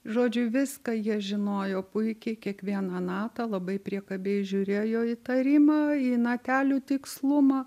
žodžiu viską jie žinojo puikiai kiekvieną natą labai priekabiai žiūrėjo į įtarimą į natelių tikslumą